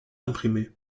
imprimé